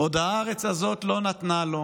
// עוד הארץ הזאת לא נתנה לו"